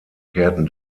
kehrten